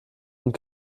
und